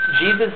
Jesus